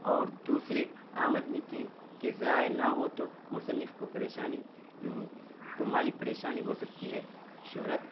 اور دوسرے آمدنی کی کے ذرائع نہ ہوں تو مصنف کو پریشانی کو مالی پریشانی ہو سکتی ہے شہرت